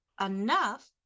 enough